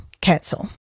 cancel